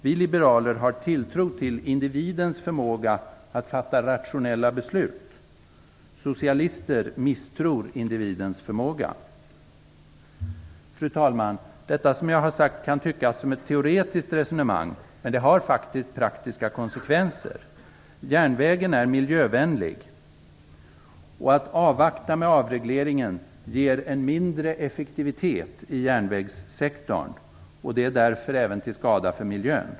Vi liberaler har tilltro till individens förmåga att fatta rationella beslut. Socialister misstror individens förmåga. Fru talman! Det som jag nu sagt kan tyckas vara ett teoretiskt resonemang, men det har faktiskt praktiska konsekvenser. Järnvägen är miljövänlig. Att avvakta med avregleringen ger en mindre effektivitet på järnvägssektorn. Det är därför även till skada för miljön.